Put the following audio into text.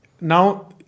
Now